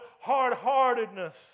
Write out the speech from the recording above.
hard-heartedness